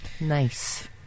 nice